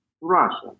Russia